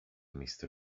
mister